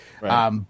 Right